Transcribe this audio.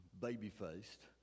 baby-faced